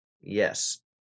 Yes